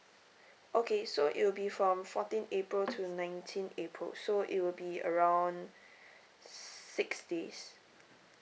okay so it will be from fourteenth april to nineteenth april so it will be around six days